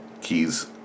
keys